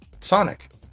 Sonic